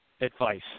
advice